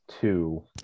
two